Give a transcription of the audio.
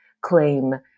claim